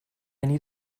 need